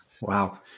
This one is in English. Wow